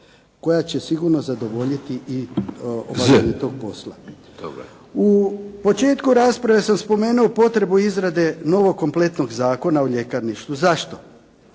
koja će sigurno zadovoljiti i obavljane tog posla. U početku rasprave sam spomenuo potrebu izrade novog kompletnog Zakona o ljekarništvu. Zašto?